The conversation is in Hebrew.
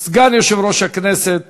סגן יושב-ראש הכנסת